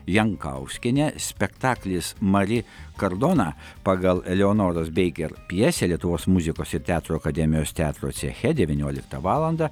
jankauskienė spektaklis mari kardona pagal eleonoros beiger pjesę lietuvos muzikos ir teatro akademijos teatro ceche devynioliktą valandą